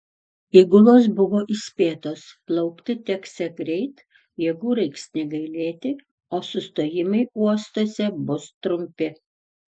įgulos buvo įspėtos plaukti teksią greit jėgų reiks negailėti o sustojimai uostuose bus trumpi